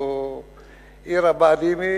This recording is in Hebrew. או עיר הבה"דים,